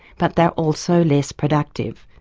but they are also less productive.